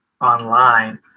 online